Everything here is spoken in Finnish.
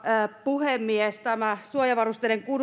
puhemies tämä suojavarusteiden